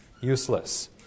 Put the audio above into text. useless